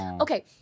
Okay